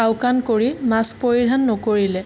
আওকাণ কৰি মাস্ক পৰিধান নকৰিলে